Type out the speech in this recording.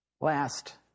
Last